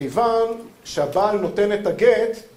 ‫כיוון שהבעל נותן את הגט...